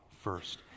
first